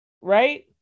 Right